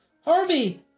Harvey